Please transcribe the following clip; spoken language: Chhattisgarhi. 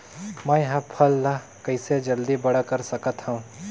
मैं ह फल ला कइसे जल्दी बड़ा कर सकत हव?